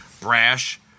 brash